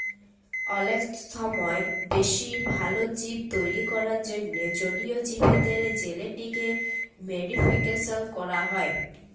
অলেক ছময় বেশি ভাল জীব তৈরি ক্যরার জ্যনহে জলীয় জীবদের জেলেটিক মডিফিকেশল ক্যরা হ্যয়